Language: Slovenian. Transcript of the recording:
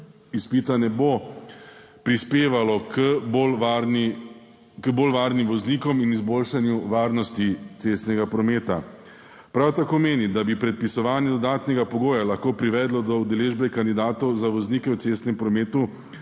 izpita ne bo prispevalo k bolj varnim voznikom in izboljšanju varnosti cestnega prometa. Prav tako meni, da bi predpisovanje dodatnega pogoja lahko privedlo do udeležbe kandidatov za voznike v cestnem prometu